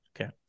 Okay